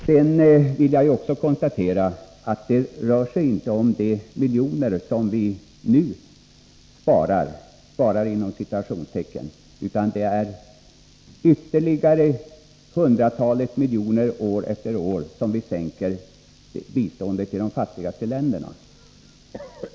Jag vill också konstatera att det inte bara rör sig om de miljoner som vi nu ”sparar”, utan det är med ytterligare hundratalet miljoner kronor som vi år efter år kommer att sänka biståndet till de fattigaste länderna.